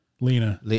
Lena